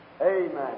Amen